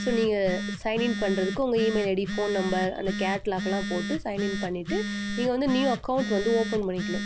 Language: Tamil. ஸோ நீங்கள் சைனின் பண்ணுறதுக்கு உங்கள் இமெயில் ஐடி ஃபோன் நம்பர் அந்த கேட்லாக்லாம் போட்டு சைனின் பண்ணிவிட்டு நீங்கள் வந்து நியூ அக்கௌண்ட்டு வந்து ஓப்பன் பண்ணிக்கணும்